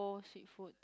old street foods